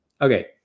Okay